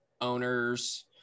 owners